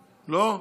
לא?